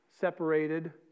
separated